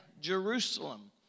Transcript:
Jerusalem